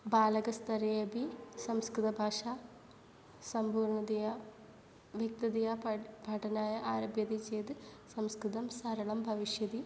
बालकस्तरे अपि संस्कृतभाषा सम्पूर्णतया विक्ततया पाट् पठनाय आरभ्यते चेत् संस्कृतं सरलं भविष्यति